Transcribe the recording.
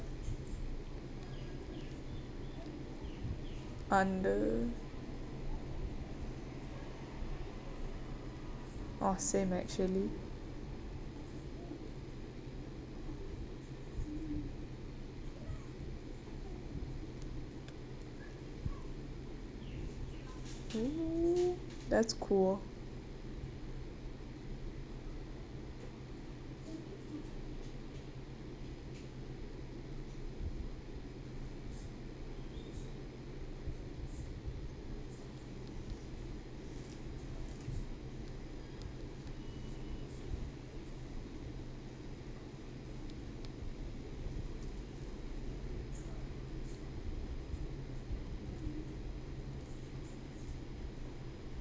under oh same actually oh that's cool